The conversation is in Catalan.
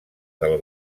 del